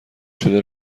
شده